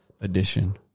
edition